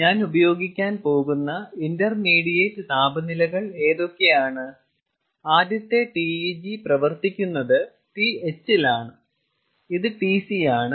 ഞാൻ ഉപയോഗിക്കാൻ പോകുന്ന ഇന്റർമീഡിയറ്റ് താപനിലകൾ ഏതൊക്കെയാണ് ആദ്യത്തെ TEG പ്രവർത്തിക്കുന്നത് TH ലാണ് ഇത് TC ആണ്